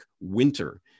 winter